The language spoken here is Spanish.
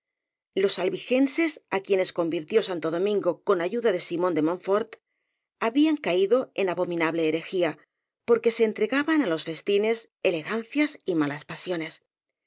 los albigenses á quienes convirtió santo domin go con ayuda de simón de monfort habían caído en abominable heregía porque'se entregaban á los festines elegancias y malas pasiones